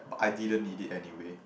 but I didn't need it anyway